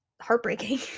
heartbreaking